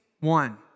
one